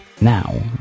Now